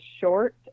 short